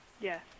Yes